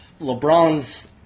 LeBron's